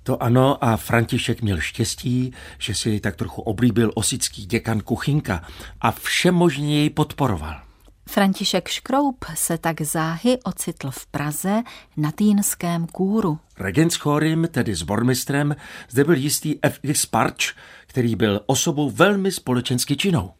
To ano, a František měl štěstí, že si jej tak trochu oblíbil osický děkan Kuchyňka a všemožně jej podporoval. František Škroup se tak záhy ocitl v Praze na Týnském kůru. Regent s chorym, tedy s bormistrem, zde byl jistý F.I. Sparč, který byl osobou velmi společensky činnou.